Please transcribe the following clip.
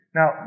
Now